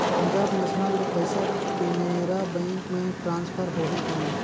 Punjab national ले पइसा Canara bank मे ट्रांसफर होहि कौन?